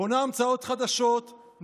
בונה המצאות חדשות,